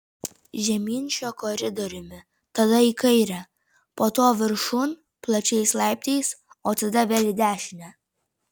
žemyn šiuo koridoriumi tada į kairę po to viršun plačiais laiptais o tada vėl į dešinę